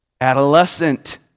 adolescent